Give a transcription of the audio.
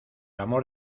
amor